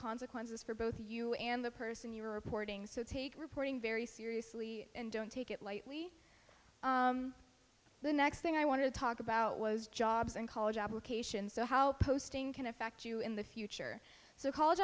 consequences for both you and the person you were reporting so take reporting very seriously and don't take it lightly the next thing i want to talk about was jobs and college applications so how posting can affect you in the future so college